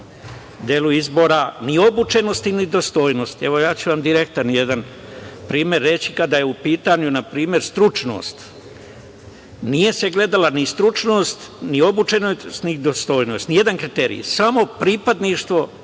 delu izbora, ni obučenosti, ni dostojnosti. Evo, ja ću vam direktan jedan primer reći, kada je u pitanju na primer stručnost, nije se gledala ni stručnost, ni obučenost, ni dostojnost, nijedan kriterijum, samo pripadništvo